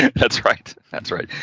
and that's right, that's right!